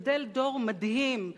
גדל דור מדהים,